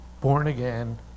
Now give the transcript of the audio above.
born-again